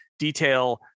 detail